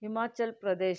Himachal Pradesh